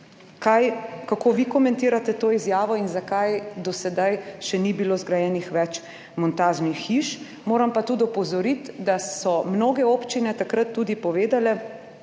kako vi komentirate to izjavo in zakaj do sedaj še ni bilo zgrajenih več montažnih hiš? Moram pa tudi opozoriti, da so mnoge občine takrat tudi povedale,